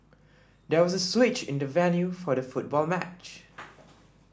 there was a switch in the venue for the football match